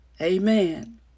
Amen